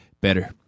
better